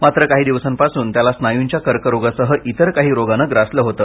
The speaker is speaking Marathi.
मात्र काही दिवसांपासून त्याला स्नायूंच्या कर्करोगासह इतर काही रोगाने ग्रासले होते